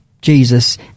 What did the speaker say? Jesus